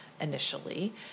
initially